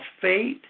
fate